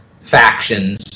factions